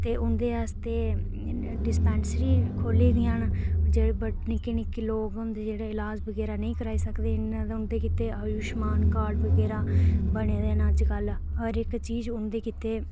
ते उन्दे आस्तै डिस्पैंसरी खोह्ली दियां न जेह्ड़े निक्के निक्के लोग होंदे जेह्ड़े इलाज बगैरा नी कराई सकदे इन्ना ते उन्दे आस्तै आयुष्मान कार्ड बगैरा बने दे न अज्ज कल्ल हर इक चीज उन्दे गित्तै